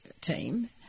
team